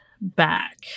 back